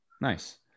nice